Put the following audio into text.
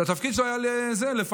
שהתפקיד שלו היה ז"ח,